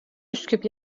üsküp